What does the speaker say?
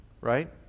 right